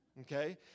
Okay